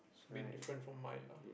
bit different from mine lah